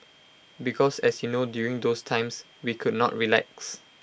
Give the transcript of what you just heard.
because as you know during those times we could not relax